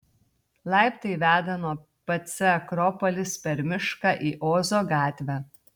laiptai veda nuo pc akropolis per mišką į ozo gatvę